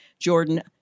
Jordan